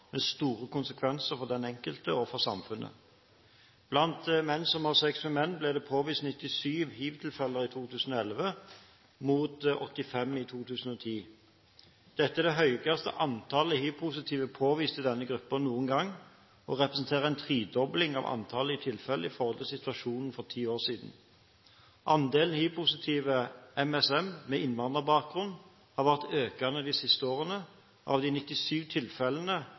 med store konsekvenser for den enkelte og for samfunnet. Blant menn som har sex med menn, MSM, ble det påvist 97 hivtilfeller i 2011 mot 85 i 2010. Dette er det høyeste antallet hivpositive påvist i denne gruppen noen gang og representerer en tredobling av antall tilfeller i forhold til situasjonen for ti år siden. Andelen hivpositive MSM med innvandrerbakgrunn har vært økende de siste årene. Av de 97 tilfellene